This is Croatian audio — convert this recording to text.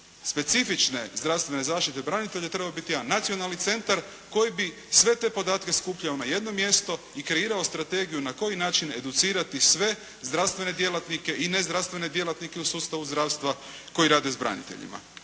specifične zdravstvene zaštite branitelja trebao biti jedan nacionalni centar koji bi sve te podatke skupljao na jedno mjesto i kreirao strategiju na koji način educirati sve zdravstvene djelatnike, i nezdravstvene djelatnike u sustavu zdravstva koji rade s braniteljima.